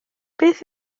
beth